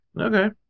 Okay